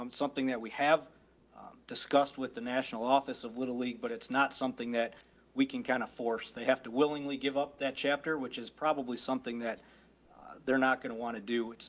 um something that we have discussed with the national office of little league, but it's not something that we can kind of force. they have to willingly give up that chapter, which is probably something that they're not going to want to do.